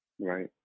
right